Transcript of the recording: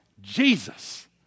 Jesus